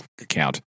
account